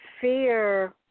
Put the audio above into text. fear